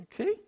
Okay